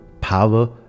power